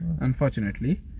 unfortunately